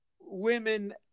women